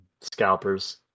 scalpers